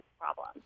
problem